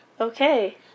Okay